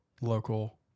local